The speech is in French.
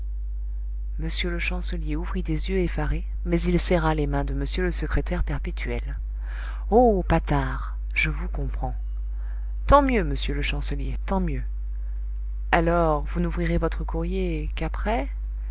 m le chancelier ouvrit des yeux effarés mais il serra les mains de m le secrétaire perpétuel oh patard je vous comprends tant mieux monsieur le chancelier tant mieux alors vous n'ouvrirez votre courrier qu'après